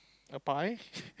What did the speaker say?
a pie